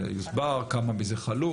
כמה מזה חלוט?